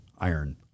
iron